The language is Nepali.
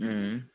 अँ अँ